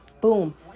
boom